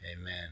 Amen